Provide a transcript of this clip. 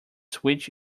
switch